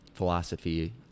philosophy